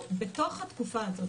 בתוך התקופה הזאת,